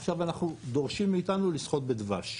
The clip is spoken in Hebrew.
עכשיו דורשים מאיתנו לשחות בדבש.